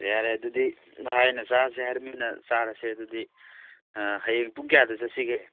ꯑꯁ ꯌꯥꯔꯦ ꯑꯗꯨꯗꯤ ꯚꯥꯏꯅ ꯆꯥꯁꯦ ꯍꯥꯏꯔꯝꯅꯤꯅ ꯆꯥꯔꯁꯤ ꯑꯗꯨꯗꯤ ꯍꯌꯦꯡ ꯄꯨꯡ ꯀꯌꯥꯗ ꯆꯠꯁꯤꯒꯦ